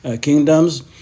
kingdoms